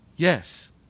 Yes